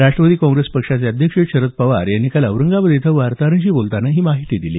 राष्ट्रवादी काँग्रेस पक्षाचे अध्यक्ष शरद पवार यांनी काल औरंगाबाद इथं वार्ताहरांशी बोलतांना ही माहिती दिली